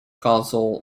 council